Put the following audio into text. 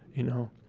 you know,